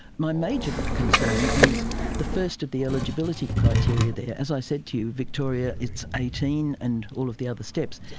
my major concern is the first of the eligibility criteria there. as i said to you, victoria, it's eighteen, and all of the other steps.